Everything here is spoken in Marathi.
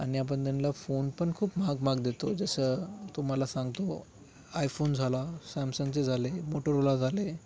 आणि आपण त्यांला फोन पण खूप महाग महाग देतो जसं तुम्हाला सांगतो आयफोन झाला सॅमसंगचे झाले मोटोरोला झाले